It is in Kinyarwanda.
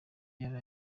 yari